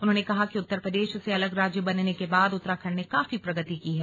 उन्होंने कहा कि उत्तर प्रदेश से अलग राज्य बनने के बाद उत्तराखण्ड ने काफी प्रगति की है